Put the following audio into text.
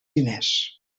diners